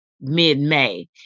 mid-May